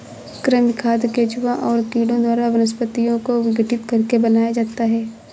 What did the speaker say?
कृमि खाद केंचुआ और कीड़ों द्वारा वनस्पतियों को विघटित करके बनाया जाता है